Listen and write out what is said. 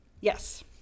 Yes